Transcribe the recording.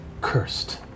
cursed